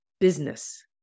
business